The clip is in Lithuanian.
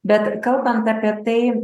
bet kalbant apie tai